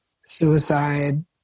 suicide